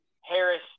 Harris